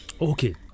Okay